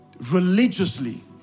Religiously